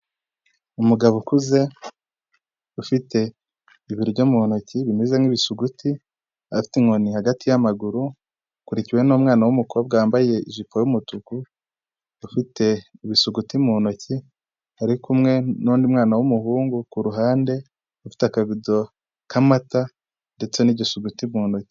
Umugabo ukuze ufite ibiryo mu ntoki bimeze nk'ibisuguti, afite inkoni hagati y'amaguru. Akurikiwe n'umwana w'umukobwa wambaye ijipo y'umutuku ufite ibisuguti mu ntoki, ari kumwe n'undi mwana w'umuhungu ku ruhande ufite akavudo k'amata ndetse n'igisuguti mu ntoki.